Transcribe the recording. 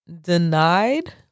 denied